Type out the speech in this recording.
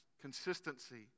consistency